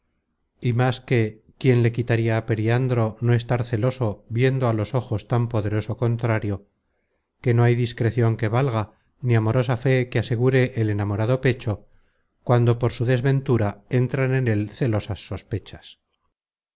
y más que quién le quitaria á periandro no estar celoso viendo á los ojos tan poderoso contrario que no hay discrecion que valga ni amorosa fe que asegure el enamorado pecho cuando por su desventura entran en él celosas sospechas